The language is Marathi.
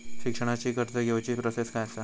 शिक्षणाची कर्ज घेऊची प्रोसेस काय असा?